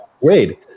wade